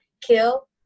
kill